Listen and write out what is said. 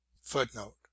Footnote